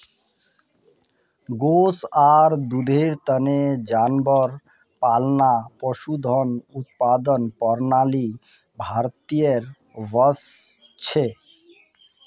गोस आर दूधेर तने जानवर पालना पशुधन उत्पादन प्रणालीर भीतरीत वस छे